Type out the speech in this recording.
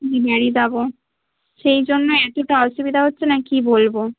কী জানি বাবা সেই জন্য এতোটা অসুবিধা হচ্ছে না কী বলবো